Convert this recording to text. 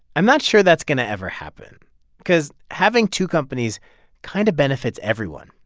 i'm not sure that's going to ever happen because having two companies kind of benefits everyone.